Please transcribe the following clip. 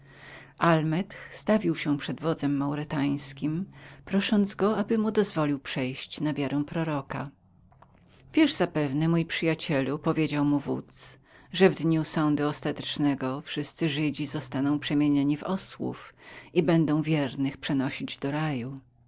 almeth stawił się przed wodzem maurytańskim prosząc go aby mu dozwolił przejść na wiarę proroka wiesz zapewne mój przyjacielu wódz mu odpowiedział że w dniu sądu ostatecznego wszyscy żydzi zostaną przemienieni w osłów i będą wiernych przenosić do raju